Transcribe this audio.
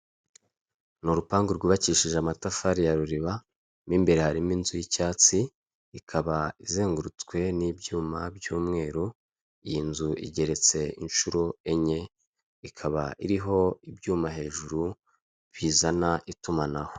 Ni urupangu rwubakishije amatafari ya ruriba mu imbere harimo inzu y'icyatsi, ikaba izengurutswe n'ibyuma by'umweru iyi nzu igeretse inshuro enye ikaba iriho ibyuma hejuru bizana itumanaho.